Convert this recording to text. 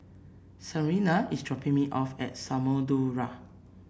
Serena is dropping me off at Samudera